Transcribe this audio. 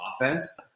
offense